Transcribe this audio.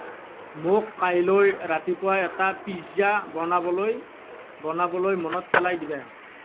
মোক কাইলৈ ৰাতিপুৱা এটা পিজ্জা বনাবলৈ মনত পেলাই দিবা